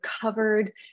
covered